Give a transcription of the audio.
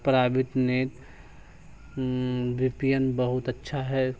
private net V P N بہت اچھا ہے